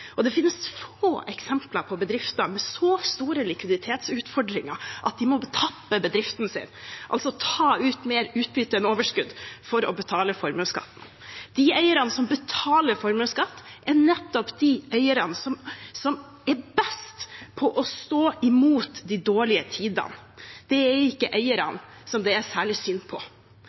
og det finnes få eksempler på bedrifter med så store likviditetsutfordringer at de må tappe bedriften sin, altså ta ut mer utbytte enn overskudd, for å betale formuesskatten. De eierne som betaler formuesskatt, er nettopp de eierne som er best på å stå imot de dårlige tidene. Det er ikke eierne som det er særlig synd på.